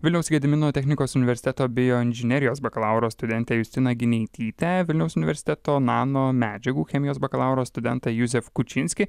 vilniaus gedimino technikos universiteto bioinžinerijos bakalauro studentę justiną gineitytę vilniaus universiteto nano medžiagų chemijos bakalauro studentą juzef kučinskį